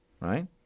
right